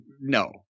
no